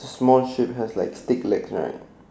small sheep's have like stick legs right